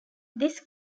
this